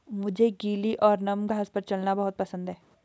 मुझे गीली और नम घास पर चलना बहुत पसंद है